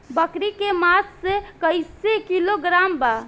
बकरी के मांस कईसे किलोग्राम बा?